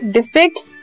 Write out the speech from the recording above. Defects